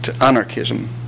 anarchism